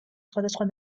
სხვადასხვა